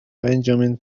benjamin